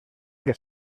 que